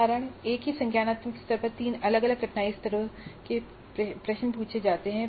उदाहरण एक ही संज्ञानात्मक स्तर पर तीन अलग अलग कठिनाई स्तरों के प्रश्न पूछे जाते हैं